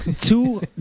Two